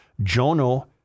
Jono